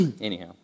anyhow